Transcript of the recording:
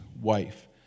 wife